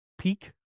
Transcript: Peak